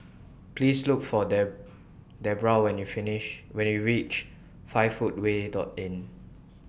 Please Look For Dedra when YOU finish when YOU REACH five Footway Inn